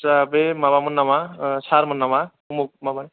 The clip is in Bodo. आदसा बे माबा मोन नामा सार मोन नामा उमुग माबा